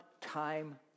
time